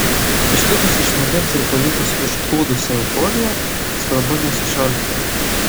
išlipus iš vandens ir pajutus užplūdusią euforiją svarbu nesušalti